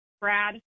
Brad